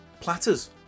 platters